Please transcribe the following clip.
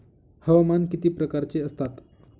हवामान किती प्रकारचे असतात?